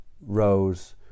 Rose